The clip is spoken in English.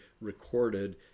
recorded